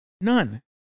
none